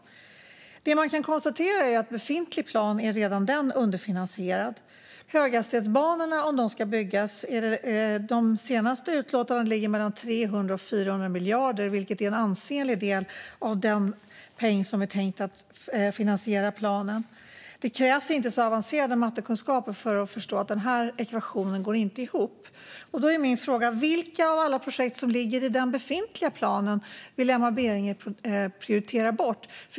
Det man kan konstatera är att redan befintlig plan är underfinansierad. Om höghastighetsbanorna ska byggas ligger det senaste utlåtandet på en kostnad på 300-400 miljarder. Det är en ansenlig del av den peng som är tänkt att finansiera planen. Det krävs inte så avancerade mattekunskaper för att förstå att den ekvationen inte går ihop. Min fråga är: Vilka av alla projekt som ligger i den befintliga planen vill Emma Berginger prioritera bort?